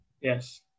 Yes